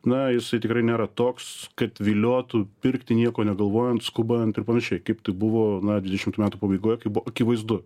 na jisai tikrai nėra toks kad viliotų pirkti nieko negalvojant skubant ir panašiai kaip tai buvo na dvidešimtų metų pabaigoj kai buvo akivaizdu